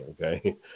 okay